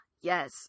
Yes